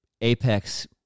apex